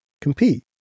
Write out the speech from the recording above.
compete